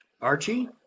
Archie